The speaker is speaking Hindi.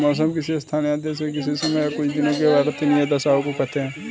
मौसम किसी स्थान या देश में किसी समय या कुछ दिनों की वातावार्नीय दशाओं को कहते हैं